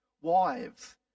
Wives